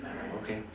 okay